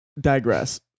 digress